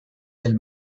del